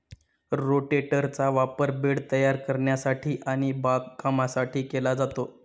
रोटेटरचा वापर बेड तयार करण्यासाठी आणि बागकामासाठी केला जातो